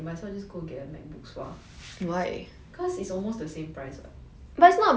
eh but it's like you get I feel that if you get ipad pro you might as well just go get a macbook sua